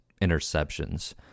interceptions